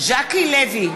ז'קי לוי,